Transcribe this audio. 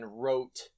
wrote